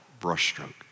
brushstroke